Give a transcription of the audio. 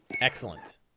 Excellent